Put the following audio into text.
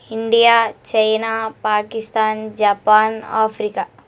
India China Pakistan Japan Africa